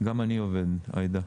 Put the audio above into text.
גם אני עובד, עאידה.